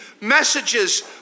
messages